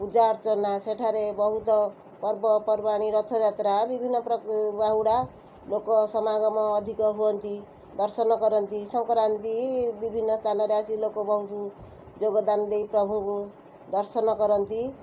ପୂଜାଅର୍ଚ୍ଚନା ସେଠାରେ ବହୁତ ପର୍ବପର୍ବାଣି ରଥଯାତ୍ରା ବିଭିନ୍ନ ବାହୁଡ଼ା ଲୋକ ସମାଗମ ଅଧିକ ହୁଅନ୍ତି ଦର୍ଶନ କରନ୍ତି ସଂକ୍ରାନ୍ତି ବିଭିନ୍ନ ସ୍ଥାନରେ ଆସି ଲୋକ ବହୁତ ଯୋଗଦାନ ଦେଇ ପ୍ରଭୁଙ୍କୁ ଦର୍ଶନ କରନ୍ତି